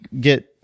get